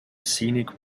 scenic